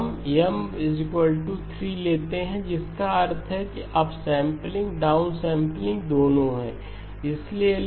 हम M 3 लेते हैं जिसका अर्थ है कि अप सैंपलिंग डाउन सैंपलिंग दोनों हैं इसलिए L M 3